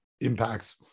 impacts